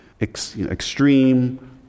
extreme